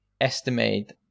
estimate